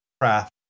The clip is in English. craft